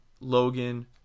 Logan